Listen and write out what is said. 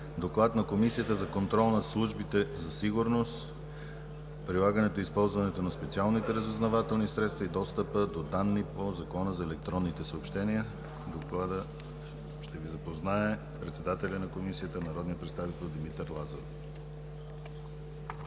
доклад на Комисията за контрол над службите за сигурност, прилагането и използването на специалните разузнавателни средства и достъпа до данните по Закона за електронните съобщения. С доклада ще ни запознае председателят на Комисията народният представител Димитър Лазаров.